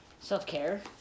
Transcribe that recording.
Self-care